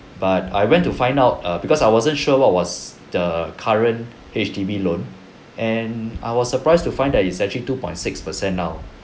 but I went to find out err because I wasn't sure what was the current H_D_B loan and I was surprised to find that it's actually two point six percent now